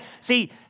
See